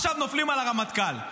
ועכשיו נופלים על הרמטכ"ל.